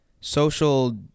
social